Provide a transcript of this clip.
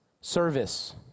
service